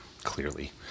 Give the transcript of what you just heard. clearly